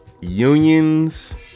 Unions